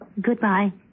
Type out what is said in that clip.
Goodbye